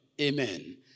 Amen